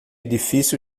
difícil